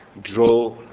draw